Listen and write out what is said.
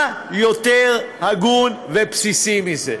מה יותר הגון ובסיסי מזה?